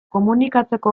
komunikatzeko